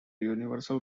universal